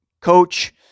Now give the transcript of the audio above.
coach